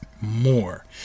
more